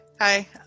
hi